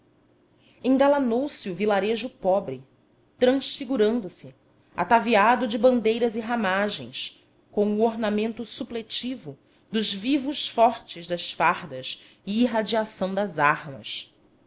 o vilarejo pobre transfigurando se ataviado de bandeiras e ramagens com o ornamento supletivo dos vivos fortes das fardas e irradiação das armas